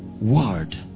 Word